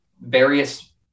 various